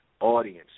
audience